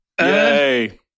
Yay